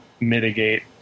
mitigate